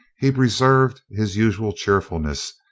he preserved his usual cheerfulness,